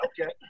okay